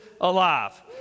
alive